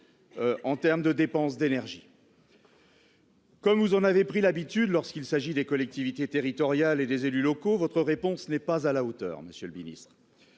en terme de dépense d'énergie. Comme nous on avait pris l'habitude lorsqu'il s'agit des collectivités territoriales et des élus locaux, votre réponse n'est pas à la hauteur, monsieur le Ministre,